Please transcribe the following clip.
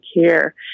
care